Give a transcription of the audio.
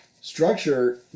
structure